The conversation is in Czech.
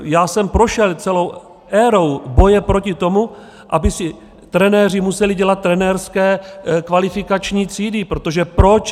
Já jsem prošel celou érou boje proti tomu, aby si trenéři museli dělat trenérské kvalifikační třídy protože proč?